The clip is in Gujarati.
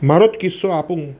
મારો કિસ્સો આપું